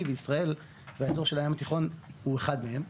וישראל והאזור של הים התיכון הוא אחד מהם.